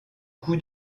cou